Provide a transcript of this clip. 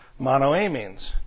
monoamines